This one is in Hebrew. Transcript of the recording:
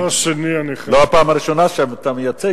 זו לא הפעם הראשונה שאתה מייצג,